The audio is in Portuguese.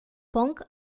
pongue